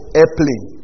airplane